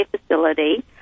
facility